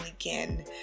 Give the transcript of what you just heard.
again